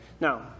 Now